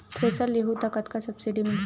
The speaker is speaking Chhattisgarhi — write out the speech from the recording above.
थ्रेसर लेहूं त कतका सब्सिडी मिलही?